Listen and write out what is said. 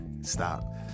stop